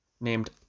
named